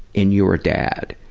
in your dad,